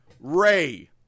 Ray